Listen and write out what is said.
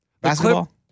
Basketball